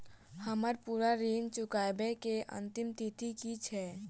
हम्मर पूरा ऋण चुकाबै केँ अंतिम तिथि की छै?